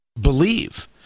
believe